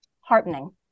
heartening